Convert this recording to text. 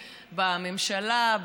בממשלה,